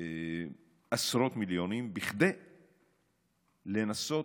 עשרות מיליונים כדי לנסות